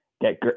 get